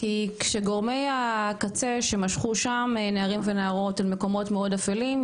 כי כשגורמי הקצה שימשכו שם נערים ונערות אל מקומות מאוד אפלים,